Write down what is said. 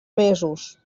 mesos